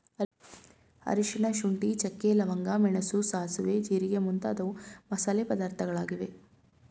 ಅರಿಶಿನ, ಶುಂಠಿ, ಚಕ್ಕೆ, ಲವಂಗ, ಮೆಣಸು, ಸಾಸುವೆ, ಜೀರಿಗೆ ಮುಂತಾದವು ಮಸಾಲೆ ಪದಾರ್ಥಗಳಾಗಿವೆ